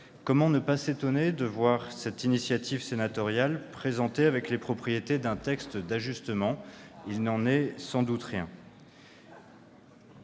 Comment ne pas s'étonner de voir cette initiative sénatoriale présentée comme un texte d'ajustement ? Tel n'est sans doute pas